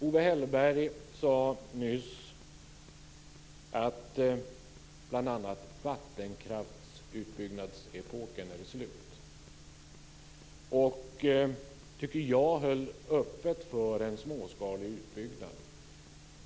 Owe Hellberg sade nyss bl.a. att vattenkraftsutbyggnadsepoken är slut, men jag tycker att han höll öppet för en småskalig utbyggnad.